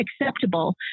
acceptable